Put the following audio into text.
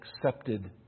accepted